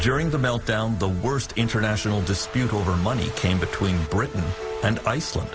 during the meltdown the worst international dispute over money came between britain and iceland